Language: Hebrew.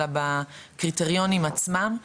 אלא בקריטריונים עצמם,